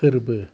फोरबो